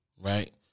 right